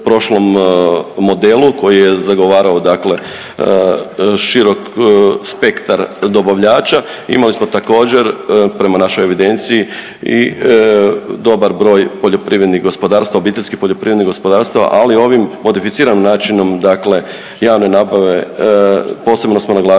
prošlom modelu koji je zagovarao, dakle širok spektar dobavljača imali smo također prema našoj evidenciji i dobar broj poljoprivrednih gospodarstava, obiteljskih poljoprivrednih gospodarstava. Ali ovim modificiranim načinom, dakle javne nabave posebno smo naglasili